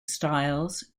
styles